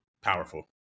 powerful